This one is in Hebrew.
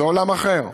זה עולם אחר.